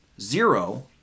Zero